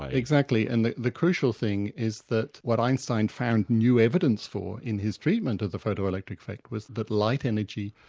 ah and the the crucial thing is that what einstein found new evidence for in his treatment of the photoelectric effect was that light energy,